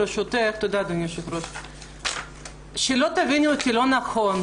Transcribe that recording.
ברשותך שלא תבינו אותי לא נכון,